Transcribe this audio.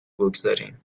بگذاریم